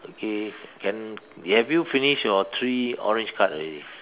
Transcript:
okay can have you finish all three orange cards already